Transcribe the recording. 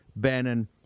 Bannon